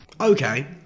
Okay